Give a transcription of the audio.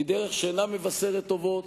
היא דרך שאינה מבשרת טובות,